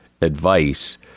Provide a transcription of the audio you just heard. advice